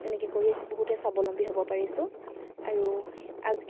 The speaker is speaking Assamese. তেনেকৈ কৰি বহুতে স্বাৱলম্বী হ'ব পাৰিছোঁ আৰু আজিকালি